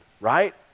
right